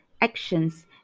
actions